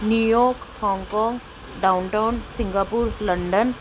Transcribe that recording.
New York Hong Kong downtown Singapore London